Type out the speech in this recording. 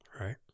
right